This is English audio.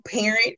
parent